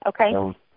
okay